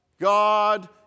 God